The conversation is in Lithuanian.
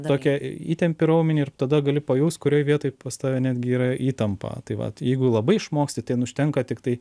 tokia įtempi raumenį ir tada gali pajaust kurioj vietoj pas tave netgi yra įtampa tai vat jeigu labai išmoksti ten užtenka tiktai